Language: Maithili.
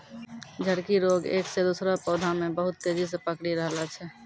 झड़की रोग एक से दुसरो पौधा मे बहुत तेजी से पकड़ी रहलो छै